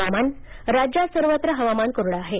हवामान राज्यात सर्वत्र हवामान कोरडं आहे